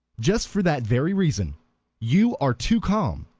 just for that very reason you are too calm.